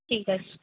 ঠিক আছে